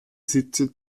sitze